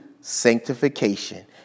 sanctification